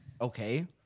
Okay